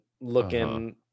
looking